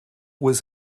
was